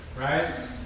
right